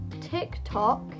TikTok